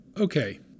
Okay